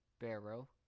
barrow